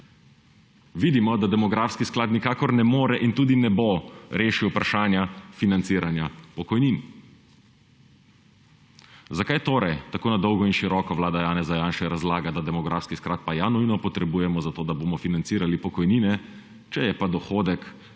vidimo, da demografski sklad nikakor ne more in tudi ne bo rešil vprašanja financiranja pokojnin. Zakaj torej tako na dolgo in široko vlada Janeza Janše razlaga, da demografski sklad pa ja nujno potrebujemo zato, da bomo financirali pokojnine, če je pa dohodek